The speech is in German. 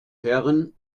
herren